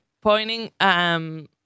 pointing